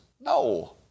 no